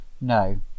No